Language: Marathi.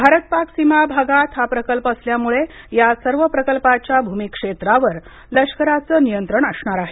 भारत पाक सीमा भागात हा प्रकल्प असल्यामुळे या सर्व प्रकल्पाच्या भूमी क्षेत्रावर लष्कराचं नियंत्रण असणार आहे